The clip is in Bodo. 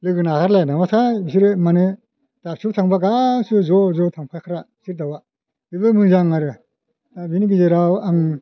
लोगो नागारलाया नामाथाय बिसोरो माने दाबसेयाव थांब्ला गासिबो ज' ज' थांफाग्रा बिसोर दाउआ बेबो मोजां आरो दा बिनि गेजेराव आं